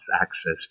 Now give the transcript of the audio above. access